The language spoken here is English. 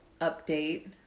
update